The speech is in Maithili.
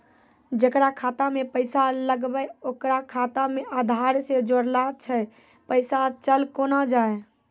जेकरा खाता मैं पैसा लगेबे ओकर खाता मे आधार ने जोड़लऽ छै पैसा चल कोना जाए?